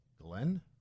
Glenn